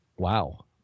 wow